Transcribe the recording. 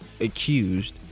accused